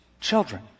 children